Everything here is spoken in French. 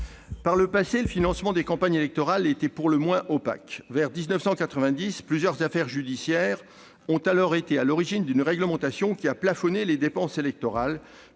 Par le passé, le financement des campagnes électorales était pour le moins opaque. Aux alentours de 1990, plusieurs affaires judiciaires ont été à l'origine d'une réglementation qui a plafonné les dépenses électorales,